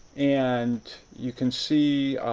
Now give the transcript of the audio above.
and you can see